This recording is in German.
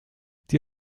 die